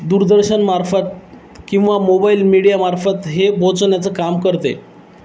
दूरदर्शनमार्फत किंवा मोबाईल मीडियामार्फत हे पोचण्याचं काम करते